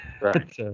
Right